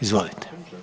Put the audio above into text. Izvolite.